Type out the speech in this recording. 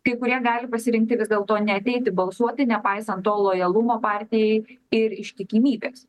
kai kurie gali pasirinkti vis dėlto neateiti balsuoti nepaisant to lojalumo partijai ir ištikimybės